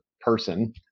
person